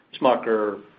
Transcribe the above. smucker